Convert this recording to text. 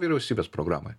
vyriausybės programa